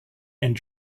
and